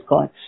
God